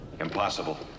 Impossible